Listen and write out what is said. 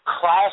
class